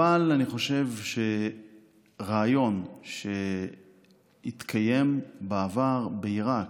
אבל אני חושב שרעיון שהתקיים בעבר בעיראק,